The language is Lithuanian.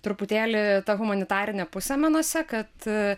truputėlį ta humanitarinė pusė menuose kad